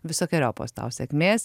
visokeriopos tau sėkmės